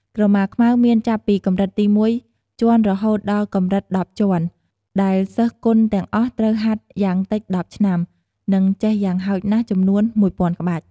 ក្រមាខ្មៅមានចាប់ពីកម្រិតទី១ជាន់រហូតដល់កម្រិត១០ជាន់ ដែលសិស្សគុនទាំងអស់ត្រូវហាត់យ៉ាងតិច១០ឆ្នាំ និងចេះយ៉ាងហោចណាស់ចំនួនមួយពាន់ក្បាច់។